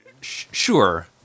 Sure